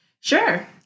Sure